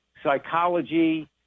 Psychology